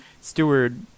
steward